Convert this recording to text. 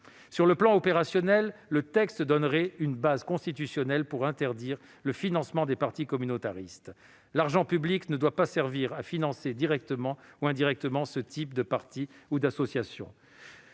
Sur le plan opérationnel, le texte donnerait une base constitutionnelle pour interdire le financement des partis communautaristes. L'argent public ne doit pas servir à financer, directement ou indirectement, ce type de partis ou d'associations.